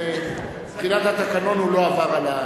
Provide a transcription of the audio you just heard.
מבחינת התקנון הוא לא עבר על,